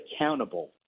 accountable